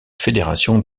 fédération